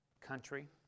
country